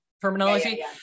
terminology